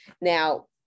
now